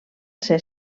ser